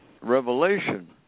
revelation